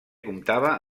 comptava